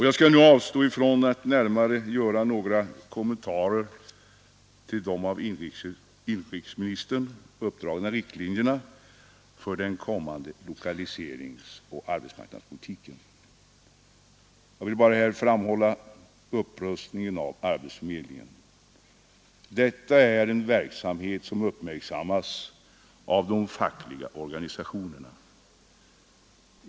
Jag skall nu avstå från att göra några närmare kommentarer till de av inrikesministern uppdragna riktlinjerna för den kommande lokaliseringsoch arbetsmarknadspolitiken. Jag vill bara här framhålla upprustningen av arbetsförmedlingarna. Arbetsförmedlingarna utför en verksamhet som uppmärksammas av de fackliga organisationerna.